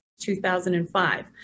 2005